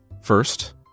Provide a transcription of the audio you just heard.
First